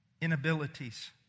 Inabilities